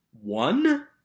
one